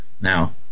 Now